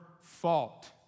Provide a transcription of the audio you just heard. fault